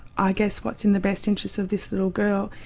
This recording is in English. i guess, what's in the best interests of this little girl.